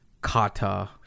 kata